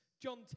John